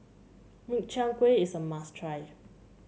Min Chiang Kueh is a must try